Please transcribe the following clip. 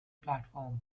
platform